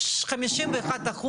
51%,